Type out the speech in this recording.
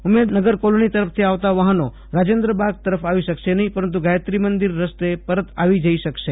Umednagar colony તરફથી આવતાં વાહનો રાજેન્દ્રબાગ તરફ આવી શકશે નહિં પરંતુ ગાયત્રી મંદિર રસ્તે પરત આવી જઇ શકશે